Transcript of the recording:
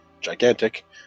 gigantic